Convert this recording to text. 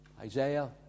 Isaiah